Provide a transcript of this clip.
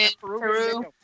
Peru